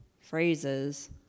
phrases